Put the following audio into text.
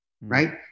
right